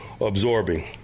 absorbing